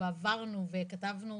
ועברנו וכתבנו